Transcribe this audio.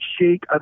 shake